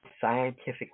scientific